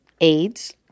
AIDS